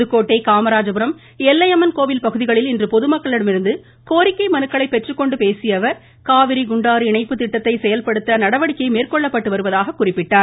புதுக்கோட்டை காமராஜபுரம் எல்லையம்மன் கோவில் பகுதியில் இன்று பொதுமக்களிடமிருந்து கோரிக்கை மனுக்களை பெற்றுக்கொண்டு பேசிய அவர் காவிரி குண்டாறு இணைப்பு திட்டத்தை செயல்படுத்த நடவடிக்கை மேற்கொள்ளப்பட்டு வருவதாக குறிப்பிட்டார்